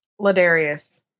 Ladarius